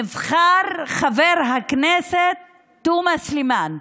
נבחר, חבר הכנסת תומא סלימאן.